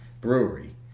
brewery